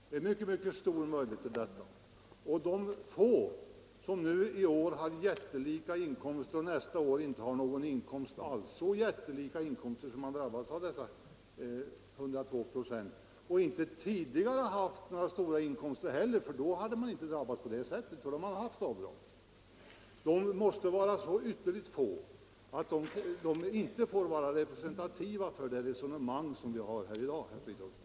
Det finns mycket stora möjligheter till detta, och de få företagare som i år har jättelika inkomster, så jättelika att de drabbas av tvånget att betala dessa 102 96, och nästa år inte får någon inkomst alls, och som inte heller tidigare har haft några stora inkomster — i så fall skulle de inte ha drabbats på det sättet, eftersom de då skulle ha fått göra avdrag — måste vara så ytterligt få att de inte kan vara representativa för det resonemang som förs här i dag, herr Fridolfsson.